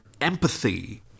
empathy